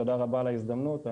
תודה רבה על ההזדמנות.